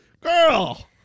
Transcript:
Girl